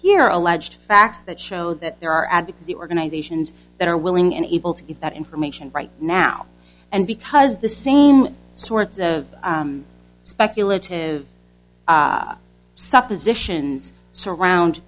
here alleged facts that show that there are advocacy organizations that are willing and able to get that information right now and because the same sorts of speculative suppositions surround